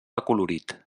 acolorit